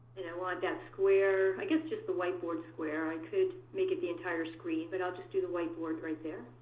and i want that square i guess just the whiteboard square. i could make it the entire screen, but i'll just do the whiteboard right there.